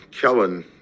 Kellen